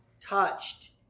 touched